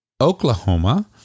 Oklahoma